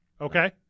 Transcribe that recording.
Okay